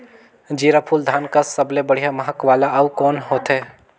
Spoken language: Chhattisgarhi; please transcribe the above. जीराफुल धान कस सबले बढ़िया महक वाला अउ कोन होथै?